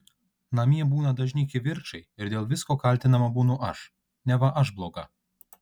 namie būna dažni kivirčai ir dėl visko kaltinama būnu aš neva aš bloga